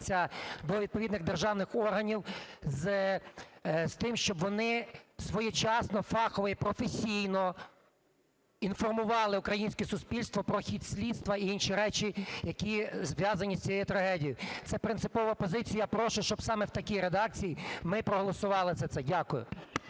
до відповідних державних органів з тим, щоб вони своєчасно, фахово і професійно інформували українське суспільство про хід слідства і інші речі, які зв'язані з цією трагедією. Це принципова позиція. Я прошу, щоб саме в такій редакції ми проголосували за це. Дякую.